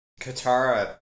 Katara